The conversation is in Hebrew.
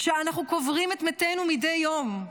אנחנו קוברים את מתינו מדי יום,